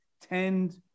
tend